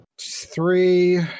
Three